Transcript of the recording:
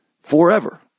forever